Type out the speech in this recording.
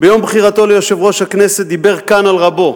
ביום בחירתו ליושב-ראש הכנסת דיבר כאן על רבו,